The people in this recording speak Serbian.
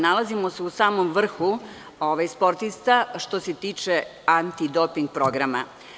Nalazimo se u samom vrhu sportista što se tiče antidoping programa.